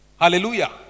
hallelujah